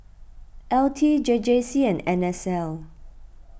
L T J J C and N S L